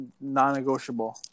Non-negotiable